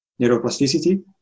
neuroplasticity